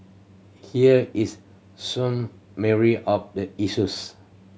here is summary of the issues